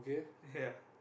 ya